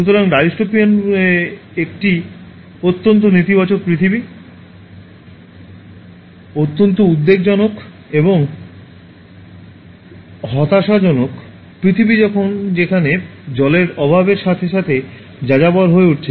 সুতরাং ডাইস্টোপিয়ান একটি অত্যন্ত নেতিবাচক পৃথিবী অত্যন্ত উদ্বেগজনক এবং হতাশাজনক পৃথিবী যেখানে জলের অভাবের সাথে সাথে যাযাবর হয়ে উঠেছে